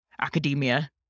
academia